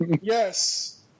yes